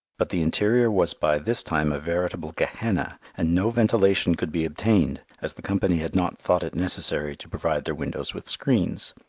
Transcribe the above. but the interior was by this time a veritable gehenna, and no ventilation could be obtained, as the company had not thought it necessary to provide their windows with screens.